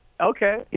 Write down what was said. okay